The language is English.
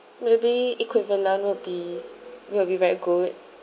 maybe equivalent will be will be very good